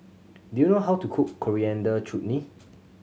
do you know how to cook Coriander Chutney